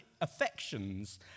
affections